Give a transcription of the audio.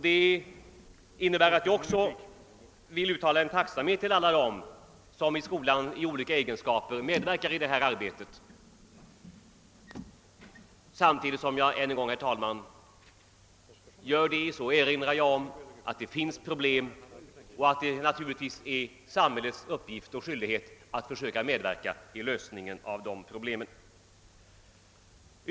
Jag vill också uttala min tacksamhet till alla dem som i olika egenskaper medverkar i detta arbete. Samtidigt som jag gör det erinrar jag ännu en gång om att det finns problem och att det naturligtvis är samhällets uppgift och skyldighet att försöka medverka till lösningen av de problemen.